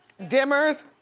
dimmers.